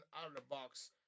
out-of-the-box